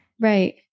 Right